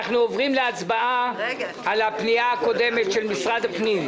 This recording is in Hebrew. אנחנו עוברים להצבעה על הפנייה הקודמת של משרד הפנים.